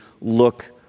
look